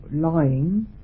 lying